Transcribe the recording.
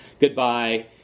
goodbye